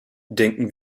denken